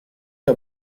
der